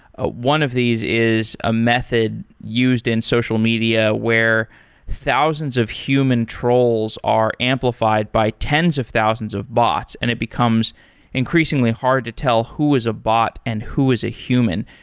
ah one of these is a method used in social media where thousands of human trolls are amplified by tens of thousands of bots. and it becomes increasingly hard to tell who is a bot and who is a human.